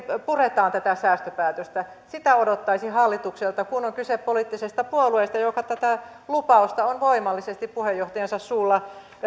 puretaan tätä säästöpäätöstä sitä odottaisin hallitukselta kun on kyse poliittisesta puolueesta joka tätä lupausta on voimallisesti puheenjohtajansa suulla